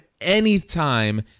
anytime